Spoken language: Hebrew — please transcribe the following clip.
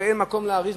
ואין מקום להאריך,